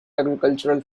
agricultural